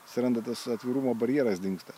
atsiranda tas atvirumo barjeras dingsta